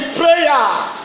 prayers